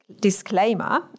disclaimer